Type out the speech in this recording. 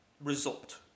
result